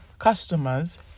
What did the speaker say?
customers